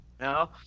No